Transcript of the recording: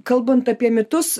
kalbant apie mitus